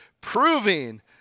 proving